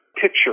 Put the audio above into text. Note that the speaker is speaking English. picture